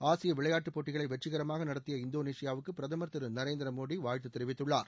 ஆசிய விளையாட்டுப் போட்டிகளை வெற்றிகரமாக நடத்திய இந்தோளேஷியாவுக்கு பிரதமர் திரு நரேந்திர மோடி வாழ்த்து தெரிவித்துள்ளார்